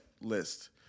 list